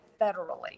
federally